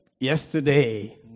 Yesterday